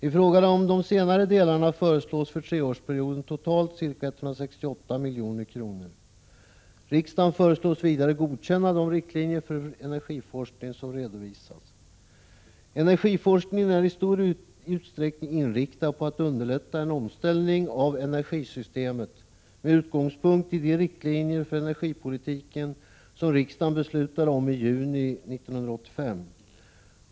I fråga om de senare delarna föreslås för treårsperioden totalt ca 168 milj.kr. Riksdagen föreslås vidare godkänna de riktlinjer för energiforskningen som redovisas. Energiforskningen är i stor utsträckning inriktad på att underlätta en omställning av energisystemet med utgångspunkt i de riktlinjer för energipolitiken som riksdagen fattade beslut om i juni 1985.